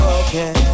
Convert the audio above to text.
okay